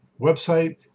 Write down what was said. website